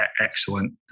excellent